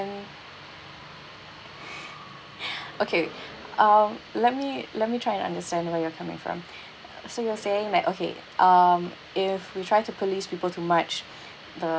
okay uh let me let me try and understand where you're coming from uh so you're saying that okay um if we try to police people too much